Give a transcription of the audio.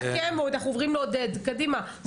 סכם ונעבור לעודד קם מהפרקליטות.